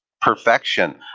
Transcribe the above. perfection